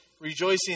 Rejoicing